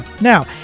now